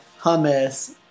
hummus